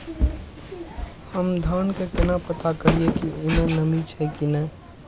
हम धान के केना पता करिए की ई में नमी छे की ने?